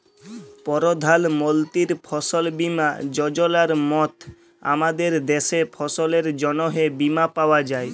পরধাল মলতির ফসল বীমা যজলার মত আমাদের দ্যাশে ফসলের জ্যনহে বীমা পাউয়া যায়